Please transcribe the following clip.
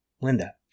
Linda